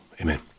Amen